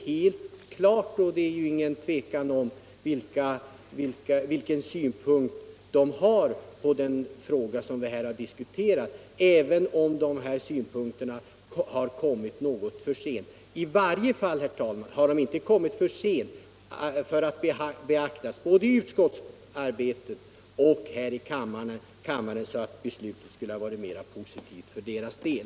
Det råder inget tvivel om vilka synpunkter pingströrelsen har på den fråga som här diskuteras, även om dessa synpunkter har framförts något för sent. I varje fall har de, herr talman, inte kommit så sent att de inte skulle ha kunnat beaktas av utskottet och av kammaren, varigenom beslutet skulle ha blivit mer positivt för pingströrelsens del.